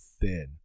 thin